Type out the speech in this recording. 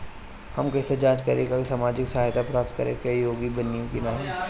हम कइसे जांच करब कि सामाजिक सहायता प्राप्त करे के योग्य बानी की नाहीं?